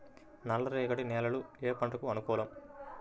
నల్లరేగడి నేలలు ఏ పంటలకు అనుకూలం?